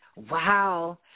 Wow